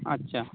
আচ্ছা